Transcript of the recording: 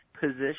position